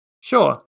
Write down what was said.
sure